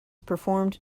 performed